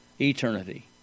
eternity